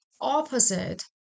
opposite